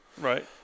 right